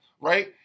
right